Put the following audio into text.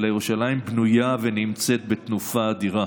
ירושלים בנויה ונמצאת בתנופה אדירה.